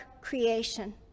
creation